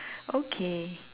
okay